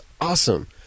awesome